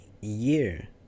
year